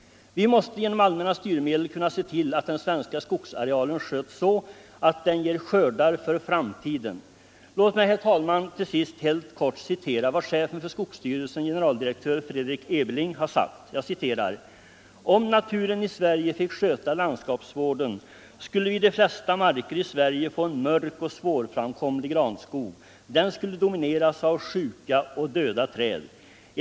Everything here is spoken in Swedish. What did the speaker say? Vi måste genom allmänna styrmedel kunna se till att den svenska skogsarealen sköts så att den ger skördar för framtiden. Låt mig, herr talman, helt kort citera vad chefen för skogsstyrelsen generaldirektör Fredrik Ebeling sagt: ”Om naturen i Sverige fick sköta landsskapsvården skulle vi i de flesta marker i Sverige få en mörk och svårframkomlig granskog. Den skulle domineras av sjuka och döda träd.